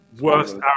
Worst